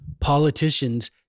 politicians